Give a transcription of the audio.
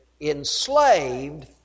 enslaved